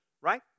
right